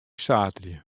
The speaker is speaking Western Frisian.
saterdei